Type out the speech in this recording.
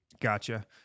Gotcha